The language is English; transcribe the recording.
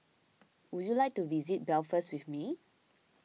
would you like to visit Belfast with me